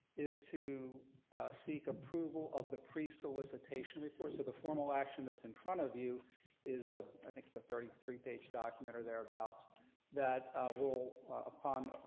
is to seek approval of the pre solicitation reports of the formal action. that's in front of you is ah i think it's a thirty three page document or thereabouts that will upon.